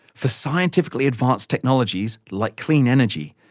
for scientifically advanced technologies, like clean energy,